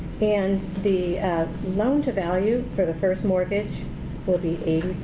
and the loan to value for the first mortgage will be eighty.